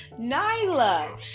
Nyla